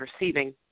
receiving